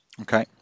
Okay